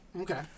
Okay